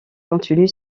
continue